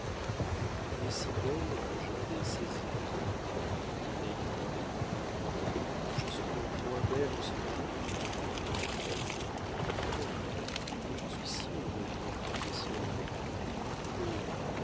je vous trouvais si belle que j'étais saisi répondit naïvement david je suis donc moins belle en ce moment lui demanda-t-elle non mais je suis si heureux de me promener seul avec vous que